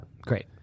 great